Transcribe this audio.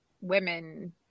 women